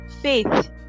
faith